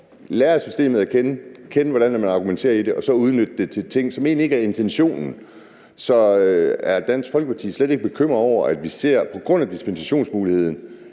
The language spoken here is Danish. lærer systemet at kende og ved, hvordan man argumenterer inden for det og så udnytter det til ting, som egentlig ikke er intentionen med det. Så er Dansk Folkeparti slet ikke bekymret over, at vi på grund af dispensationsmuligheden